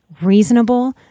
reasonable